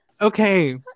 Okay